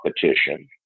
competition